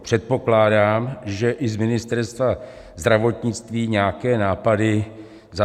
Předpokládám, že i z Ministerstva zdravotnictví nějaké nápady zazní.